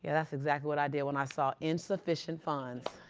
yeah that's exactly what i did when i saw insufficient funds.